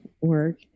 work